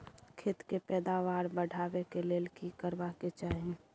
खेत के पैदावार बढाबै के लेल की करबा के चाही?